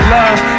love